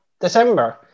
December